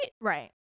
right